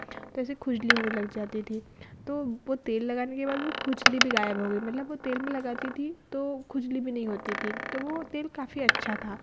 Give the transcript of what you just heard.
तो ऐसे खुजली होने लग जाती थी तो वह तेल लगाने के बाद वह खुजली भी गायब हो गई मतलब वह तेल मैं लगाती थी तो खुजली भी नहीं होती थी तो वह तेल काफ़ी अच्छा था